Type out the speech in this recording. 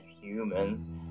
humans